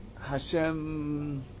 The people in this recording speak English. Hashem